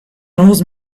roast